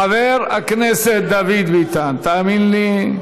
חבר הכנסת דוד ביטן, תאמין לי,